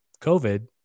COVID